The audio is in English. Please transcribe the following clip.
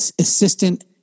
Assistant